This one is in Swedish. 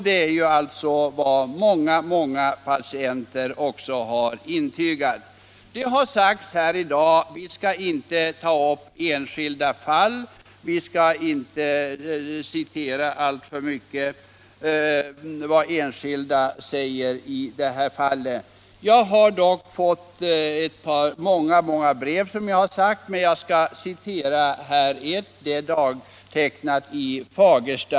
Det har också intygats av många patienter. Vissa icke-konven Det har sagts i dag att vi inte skall ta upp enskilda fall och inte heller = tionella behandalltför mycket skall citera enskilda personer i detta sammanhang. Låt = lingsmetoder inom mig av de många brev som jag har fått dock citera ett, som är dagtecknat — sjukvården, m.m. i Fagersta.